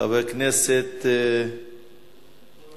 חברת הכנסת חוטובלי,